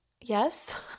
yes